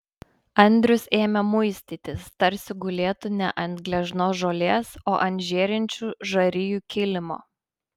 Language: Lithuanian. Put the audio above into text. andrius ėmė muistytis tarsi gulėtų ne ant gležnos žolės o ant žėrinčių žarijų kilimo